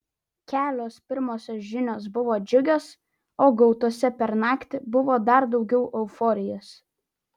kelios pirmosios žinios buvo džiugios o gautose per naktį buvo dar daugiau euforijos